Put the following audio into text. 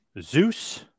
Zeus